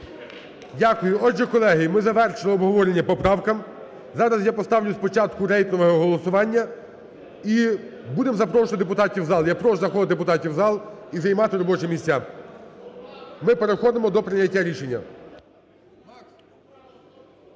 Дякую. Отже, колеги, ми завершили обговорення по поправкам. Зараз я поставлю спочатку рейтингове голосування і будемо запрошувати депутатів у зал. Я прошу заходити депутатів у зал і займати робочі місця. Ми переходимо до прийняття рішення.